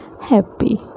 happy